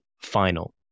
final